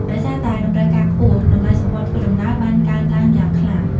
ដោយសារតែតម្រូវការខ្ពស់ តម្លៃសំបុត្រធ្វើដំណើរបានកើនឡើងយ៉ាងខ្លាំង។